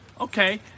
okay